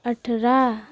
अठाह्र